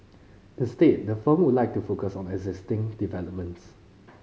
instead the firm would like to focus on existing developments